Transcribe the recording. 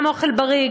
גם אוכל בריא,